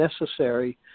necessary